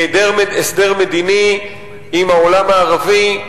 של היעדר הסדר מדיני עם העולם הערבי,